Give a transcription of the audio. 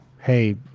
Hey